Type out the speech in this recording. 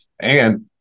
And-